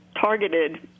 targeted